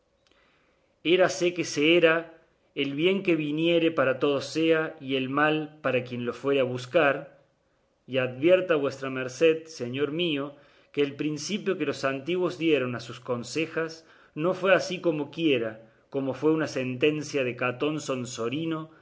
comienzo érase que se era el bien que viniere para todos sea y el mal para quien lo fuere a buscar y advierta vuestra merced señor mío que el principio que los antiguos dieron a sus consejas no fue así comoquiera que fue una sentencia de catón